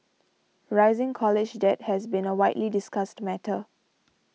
rising college debt has been a widely discussed matter